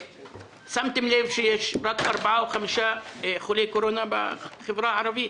שמתם לב שיש רק ארבעה או חמישה חולי קורונה בחברה הערבית?